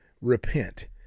Repent